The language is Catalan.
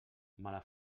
mala